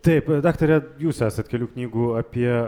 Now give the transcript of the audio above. taip daktare jūs esat kelių knygų apie